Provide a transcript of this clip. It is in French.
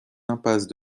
impasse